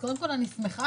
אני שמחה